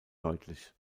deutlich